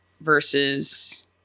versus